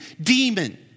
demon